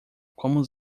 como